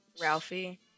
Ralphie